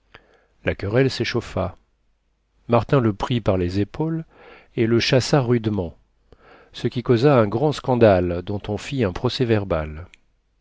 la querelle s'échauffa martin le prit par les épaules et le chassa rudement ce qui causa un grand scandale dont on fit un